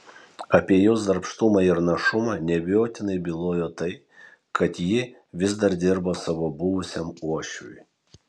apie jos darbštumą ir našumą neabejotinai bylojo tai kad ji vis dar dirbo savo buvusiam uošviui